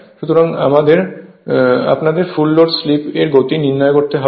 সুতরাং আপনাদের full load slip এর গতি নির্ণয় করতে হবে